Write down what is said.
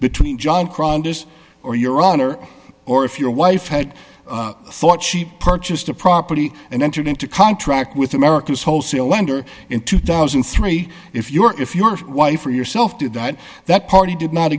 between jon cruddas or your honor or if your wife had thought she purchased a property and entered into a contract with america as wholesale lender in two thousand and three if your if your wife or yourself did that that party did not